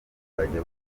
bazajya